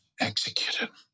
executed